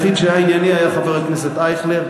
חבר האופוזיציה היחיד שהיה ענייני היה חבר הכנסת אייכלר,